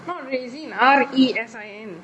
not raisin R_E_S_I_N